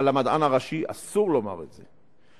אבל למדען הראשי אסור לומר את זה.